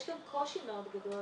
יש גם קושי מאוד גדול